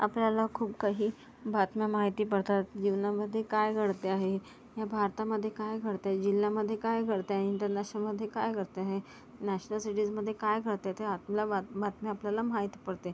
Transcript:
आपल्याला खूप काही बातम्या माहिती पडतात जीवनामध्ये काय घडते आहे या भारतामध्ये काय घडतं आहे जिल्ह्यामध्ये काय घडतं आहे इंटरनॅशनलमध्ये काय घडतं आहे नॅशनल सिटीजमध्ये काय घडतं आहे ते आतल्या बात बातम्या आपल्याला माहीत पडते